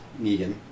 Negan